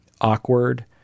awkward